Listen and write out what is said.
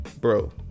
bro